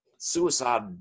Suicide